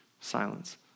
silence